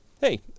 Hey